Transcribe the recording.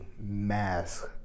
mask